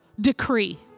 decree